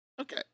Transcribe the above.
Okay